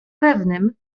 pewnym